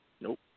Nope